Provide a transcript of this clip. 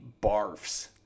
barfs